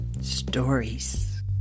stories